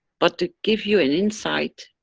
but to give you an insight,